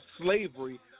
slavery